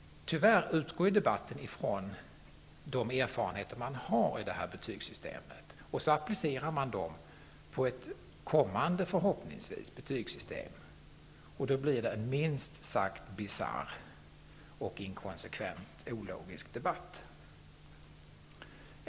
Tyvärr utgår man i debatten ifrån de erfarenheter som vi har av det här betygssystemet. Sedan appliceras de på ett kommande -- förhoppningsvis -- betygssystem, och då blir det en minst sagt bisarr, inkonsekvent och ologisk debatt.